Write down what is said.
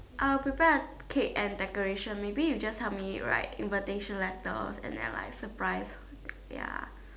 I'll prepare the cake and decoration maybe you just help me write invitation letters and then like surprise ya